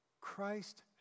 Christ